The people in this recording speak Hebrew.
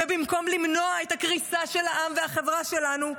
ובמקום למנוע את הקריסה של העם והחברה שלנו,